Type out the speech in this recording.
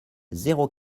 zéro